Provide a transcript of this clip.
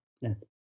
yes